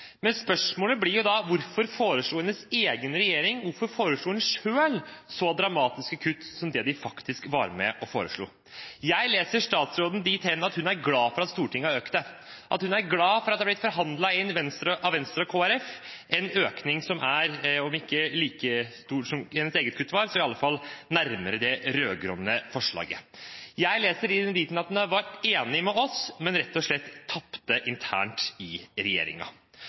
men da blir spørsmålet: Hvorfor foreslo hennes egen regjering – hvorfor foreslo hun selv – så dramatiske kutt som det de faktisk var med på å foreslå? Jeg leser statsråden dit hen at hun er glad for at Stortinget har økt satsingen, at hun er glad for at det av Venstre og Kristelig Folkeparti har blitt forhandlet inn en økning som er om ikke like stort som hennes eget kutt var, så iallfall nærmere det rød-grønne forslaget. Jeg leser henne dit hen at hun var enig med oss, men rett og slett tapte internt i